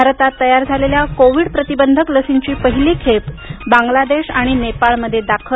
भारतात तयार झालेल्या कोविड प्रतिबंधक लसींची पहिली खेप बांगलादेश आणि नेपाळमध्ये दाखल